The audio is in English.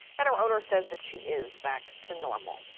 and her owner says that she is back to normal.